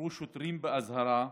נחקרו שוטרים באזהרה,